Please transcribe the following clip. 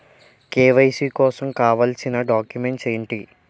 KYC కోసం కావాల్సిన documents ఎంటి?